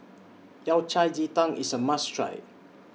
Yao Cai Ji Tang IS A must Try